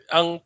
Ang